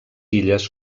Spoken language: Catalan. illes